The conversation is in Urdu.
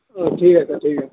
ٹھیک ہے سر ٹھیک ہے